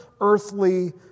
earthly